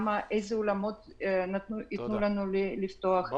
איזה אולמות ייתנו לנו לפתוח,